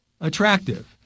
attractive